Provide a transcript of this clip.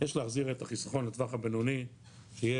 יש להחזיר את החסכון לטווח הבינוני שיהיה